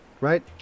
right